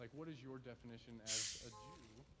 like what is your definition as a jew,